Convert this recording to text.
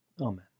Amen